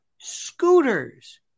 scooters